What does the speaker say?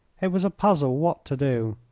it was a puzzle what to do.